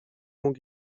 mógł